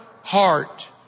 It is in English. heart